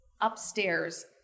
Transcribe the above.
upstairs